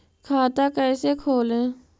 खाता कैसे खोले?